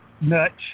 nuts